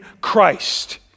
Christ